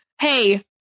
hey